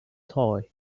toy